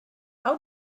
how